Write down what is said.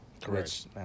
Correct